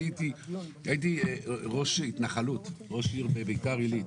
אני הייתי ראש התנחלות, ראש עיר בבית"ר עילית